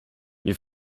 wir